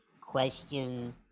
question